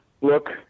look